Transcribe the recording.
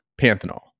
panthenol